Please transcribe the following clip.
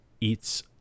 eats